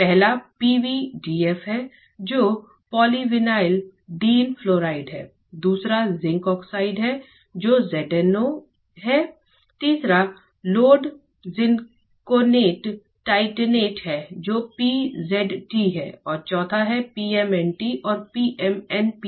पहला PVDF है जो पॉलीविनाइल डीन फ्लोराइड है दूसरा जिंक ऑक्साइड है जो ZnO या ZnO है तीसरा लेड जीरकोनेट टाइटेनेट है जो PZT है और चौथा है PMNT और PMNPT